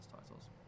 titles